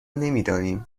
نمیدانیم